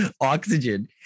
oxygen